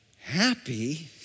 happy